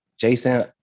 Jason